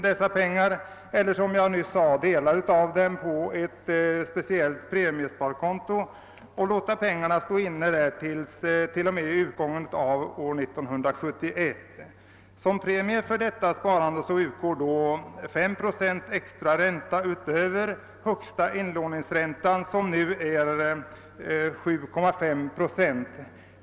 dessa pengar eller, som jag nyss sade, delar av dem på ett speciellt premiesparkonto och låta pengarna stå inne där t.o.m. utgången av år 1971. Som premie för detta sparande utgår då 5 procents extra ränta utöver högsta inlåningsräntan som nu är 7,5 procent.